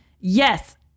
yes